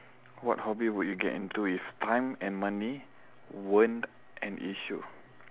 what hobby would you get into if time and money weren't an issue